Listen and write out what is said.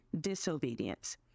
disobedience